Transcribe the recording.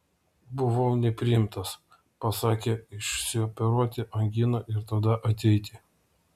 buvau nepriimtas pasakė išsioperuoti anginą ir tada ateiti